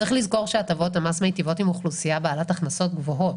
צריך לזכור שהטבות המס מטיבות עם אוכלוסייה בעלת הכנסות גבוהות.